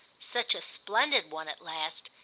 such a splendid one at last,